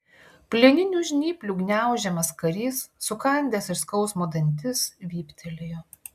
plieninių žnyplių gniaužiamas karys sukandęs iš skausmo dantis vyptelėjo